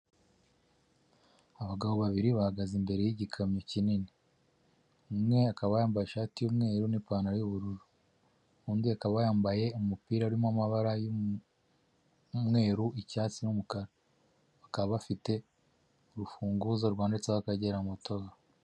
Abagabo babiri bahagaze imbere y'igikamyo kinini, umwe akaba yambaye ishati y'umweru n'ipantaro y'ubururu, undi akaba yambaye umupira urimo amabara y'umweru, icyatsi n'umukara, bakaba bafite urufunguzo rwanditseho Akagera mutoro.